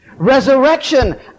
Resurrection